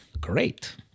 Great